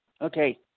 Okay